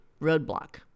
roadblock